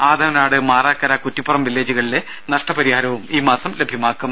ആതവനാട് മാറാക്കരകുറ്റിപ്പുറം വില്ലേജുകളിലെ നഷ്ടപരിഹാരവും ഈ മാസം ലഭ്യമാക്കും